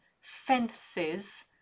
fences